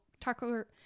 Tucker